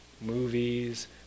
movies